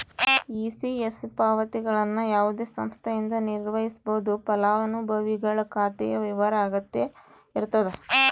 ECS ಪಾವತಿಗಳನ್ನು ಯಾವುದೇ ಸಂಸ್ಥೆಯಿಂದ ನಿರ್ವಹಿಸ್ಬೋದು ಫಲಾನುಭವಿಗಳ ಖಾತೆಯ ವಿವರ ಅಗತ್ಯ ಇರತದ